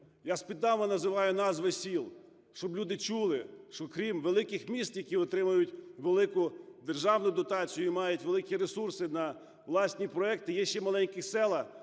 Я свідомо називаю назви сіл, щоб люди чули, що, крім великих міст, які отримують велику державну дотацію і мають великі ресурси на власні проекти, є ще маленькі села,